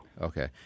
okay